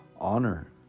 honor